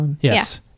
Yes